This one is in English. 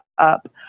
up